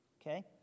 Okay